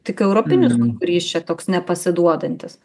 tik europinis ungurys čia toks nepasiduodantis